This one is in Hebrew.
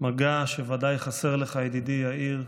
מגע שוודאי חסר לך, ידידי יאיר,